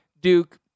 Duke